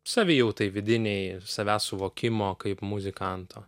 savijautai vidinei savęs suvokimo kaip muzikanto